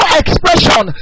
expression